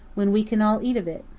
when we can all eat of it?